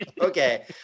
Okay